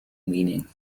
meaning